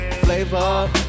Flavor